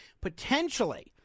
potentially –